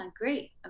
great